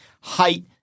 height